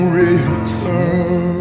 return